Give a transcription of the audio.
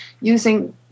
using